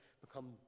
become